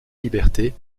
liberté